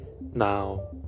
Now